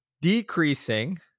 decreasing